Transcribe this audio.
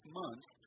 months